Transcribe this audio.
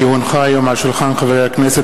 כי הונחה היום על שולחן הכנסת,